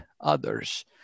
others